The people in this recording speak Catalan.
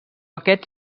aquests